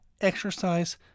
Exercise